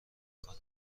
کند